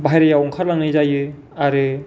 बाहेरायाव ओंखारलांनाय जायो आरो